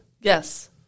Yes